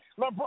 LeBron